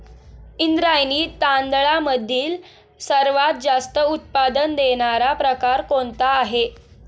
इंद्रायणी तांदळामधील सर्वात जास्त उत्पादन देणारा प्रकार कोणता आहे?